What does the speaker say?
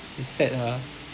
it's sad ah